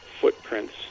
footprints